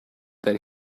that